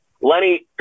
Lenny